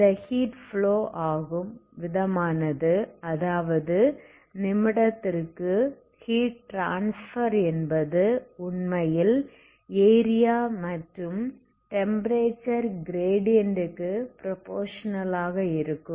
இந்த heat flow ஆகும் விதமானது அதாவது நிமிடத்திற்கு ஹீட் ட்ரான்ஸ்ஃபர் என்பது உண்மையில் ஏரியா மற்றும் டெம்ப்பரேச்சர் கிரேடியன்ட் க்கு ப்ரோபோசனல் ஆக இருக்கும்